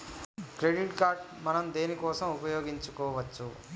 Credit card మనం దేనికోసం ఉపయోగించుకోవచ్చు?